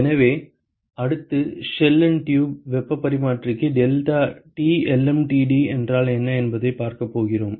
எனவே அடுத்து shell and tube வெப்பப் பரிமாற்றிக்கு deltaTlmtd என்றால் என்ன என்பதைப் பார்க்கப் போகிறோம்